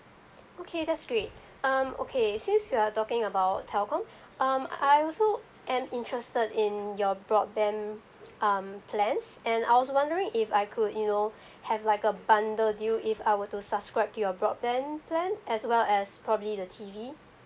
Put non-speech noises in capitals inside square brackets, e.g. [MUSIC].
okay that's great um okay since you are talking about telecom um I also am interested in your broadband um plans and I was wondering if I could you know [BREATH] have like a bundle deal if I were to subscribe to your broadband plan as well as probably the T_V